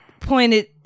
pointed